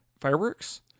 fireworks